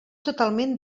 totalment